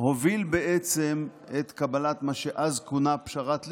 הוא הוביל בעצם את קבלת מה שאז כונה "פשרת לבני",